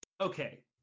Okay